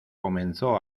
comenzó